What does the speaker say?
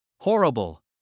Horrible